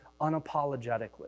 unapologetically